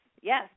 Yes